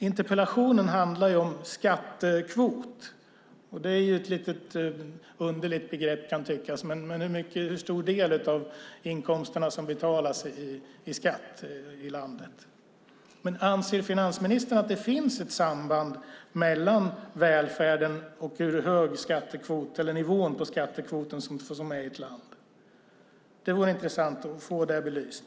Interpellationen handlar om skattekvoten som kan tyckas vara ett underligt begrepp, men det handlar om hur stor del av inkomsterna som betalas i skatt i landet. Anser finansministern att det finns ett samband mellan välfärden och hur hög nivån på skattekvoten är i ett land? Det vore intressant att få det belyst.